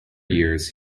years